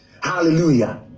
Hallelujah